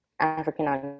African